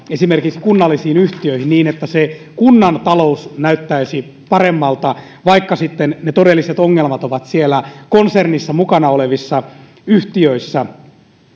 esimerkiksi kunnallisiin yhtiöihin niin että kunnan talous näyttäisi paremmalta vaikka sitten ne todelliset ongelmat ovat siellä konsernissa mukana olevissa yhtiöissä